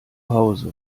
hause